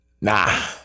Nah